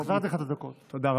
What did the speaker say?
החזרתי לך את הדקות, תודה.